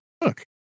look